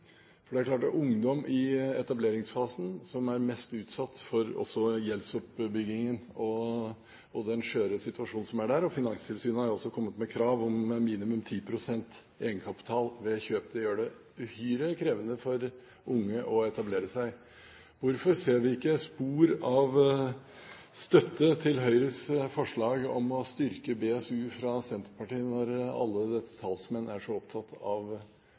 Det er klart at ungdom i etableringsfasen er mest utsatt for gjeldsoppbygging og den skjøre situasjonen i den forbindelse. Finanstilsynet har også kommet med krav om minimum 10 pst. egenkapital ved kjøp. Det gjør det uhyre krevende for unge å etablere seg. Hvorfor ser vi fra Senterpartiet ikke spor av støtte til Høyres forslag om å styrke BSU når alle partiets talsmenn er så opptatt av